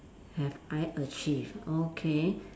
have I achieved okay